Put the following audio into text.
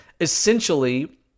Essentially